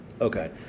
Okay